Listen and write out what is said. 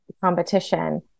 competition